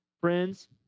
friends